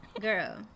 Girl